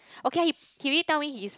okay ah he already tell me he's